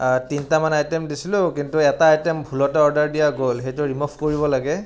তিনিটামান আইটেম দিছিলোঁ কিন্তু এটা আইটেম ভুলতে দিয়া গ'ল সেইটো ৰিমভ কৰিব লাগে